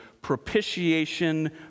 propitiation